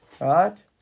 Right